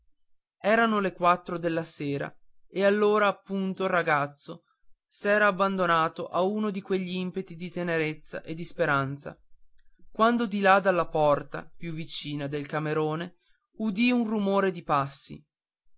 erano le quattro della sera e allora appunto il ragazzo s'era abbandonato a uno di quegli impeti di tenerezza e di speranza quando di là dalla porta più vicina del camerone udì un rumore di passi